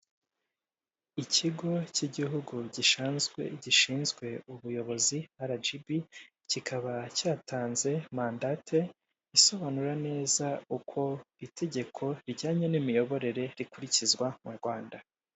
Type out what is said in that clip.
Ikigo cy'igihugu gishinzwe ubuyobozi RGB kikaba cyatanze mandate isobanura neza uko itegeko rijyanye n'imiyoborere rikurikizwa mu rwanda.